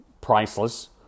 priceless